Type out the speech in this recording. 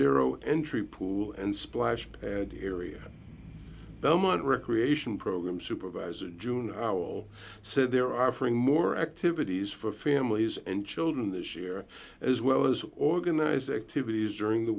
zero entry pool and splash and here e belmont recreation program supervisor june howell said there are fring more activities for families and children this year as well as organized activities during the